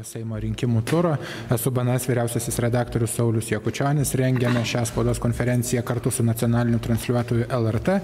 seimo rinkimų turą esu bns vyriausiasis redaktorius saulius jakučionis rengiame šią spaudos konferenciją kartu su nacionaliniu transliuotoju lrt